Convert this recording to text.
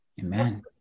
Amen